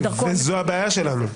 זו הבעיה שלנו.